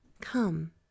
Come